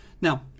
Now